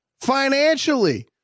financially